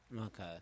Okay